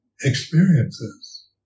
experiences